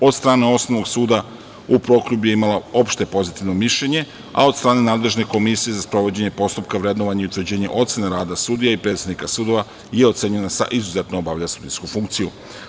Od strane Osnovnog suda u Prokuplju je imala opšte pozitivno mišljenje, a od strane nadležne komisije za sprovođenje postupka, vrednovanje i utvrđivanje ocene rada sudija i predsednika sudova je ocenjena sa „izuzetno obavlja sudijsku funkciju“